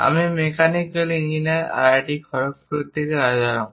আমি mechanical engineering IIT Kharagpur থেকে রাজারাম